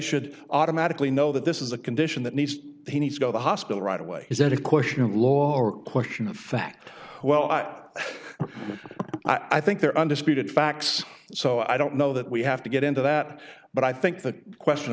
should automatically know that this is a condition that needs they need to go to hospital right away is that a question of law or question of fact well i think they're undisputed facts so i don't know that we have to get into that but i think the question